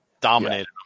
dominated